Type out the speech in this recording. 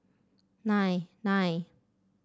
nine nine